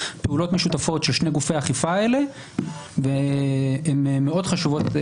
פעולות משותפות של שני גופי האכיפה האלה הן מאוד חשובות.